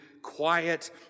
quiet